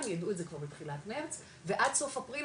הם יידעו את זה כבר בתחילת מרץ ועד סוף אפריל,